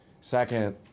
second